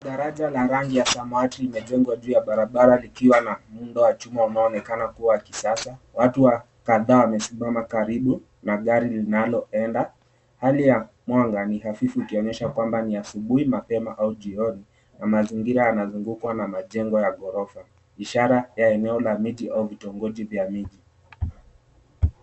Daraja ya rangi ya samawati limejengwa juu ya barabara ikiwa na muundo wa chuma inayoonekana kuwa ya kisasa, watu kadhaa wamesimama kando ya gari linaloenda hali ya anga ikionyesha kuwa ni hafifu ikionyesha kuwa ni asubuhi mapema au jioni na mazingira imezungukwa na majengo ya ghorofa ishara la eneo la miti au kitongoji ya mji.